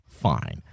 fine